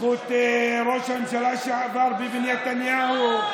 בזכות ראש הממשלה לשעבר ביבי נתניהו.